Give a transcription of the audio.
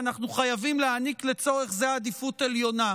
ואנחנו חייבים להעניק לצורך זה עדיפות עליונה.